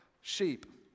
Sheep